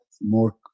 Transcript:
more